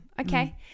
okay